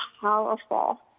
powerful